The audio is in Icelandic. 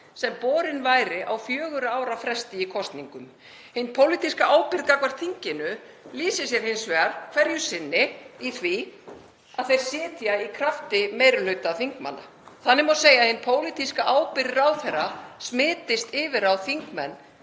sem borin væri á fjögurra ára fresti í kosningum. Hin pólitíska ábyrgð gagnvart þinginu lýsir sér hins vegar hverju sinni í því að þeir sitja í krafti meiri hluta þingmanna. Þannig má segja að hin pólitíska ábyrgð ráðherra smitist yfir á þingmenn